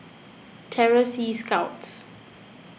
Terror Sea Scouts